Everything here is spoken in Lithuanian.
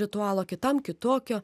ritualo kitam kitokio